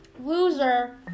loser